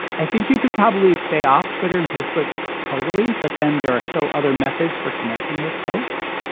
i think you could probably stay off twitter and facebook totally. but then there are still other methods for connecting with folks.